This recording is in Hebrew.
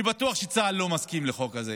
אני בטוח שצה"ל לא מסכים לחוק הזה,